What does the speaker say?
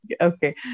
Okay